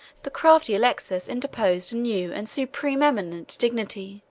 the crafty alexius interposed a new and supereminent dignity.